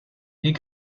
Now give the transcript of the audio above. est